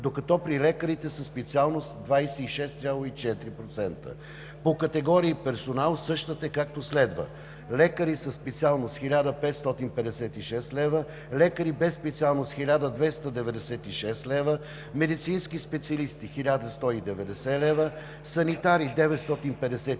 докато при лекарите със специалност – 26,4%. По категории персонал същата е, както следва: лекари със специалност – 1556 лв., лекари без специалност – 1296 лв., медицински специалисти – 1190 лв., санитари – 951 лв.,